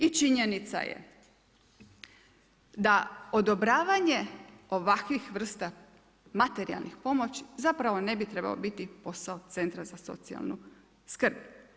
I činjenica je da, odobravanje, ovakvih vrsta materijalnih pomoći, zapravo ne bi trebao biti posao centra za socijalnu skrb.